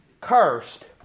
cursed